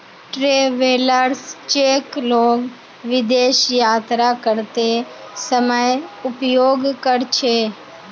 travellers cheque लोग विदेश यात्रा करते समय उपयोग कर छे